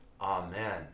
Amen